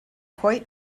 quite